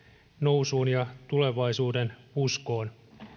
nousuun ja tulevaisuudenuskoon